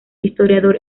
historiador